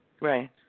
Right